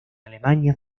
alemania